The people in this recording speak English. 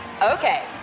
Okay